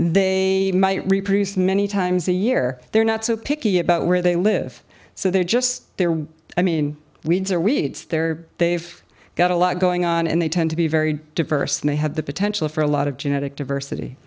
they might reproduce many times a year they're not so picky about where they live so they're just there i mean weeds or weeds there they've got a lot going on and they tend to be very diverse and they have the potential for a lot of genetic diversity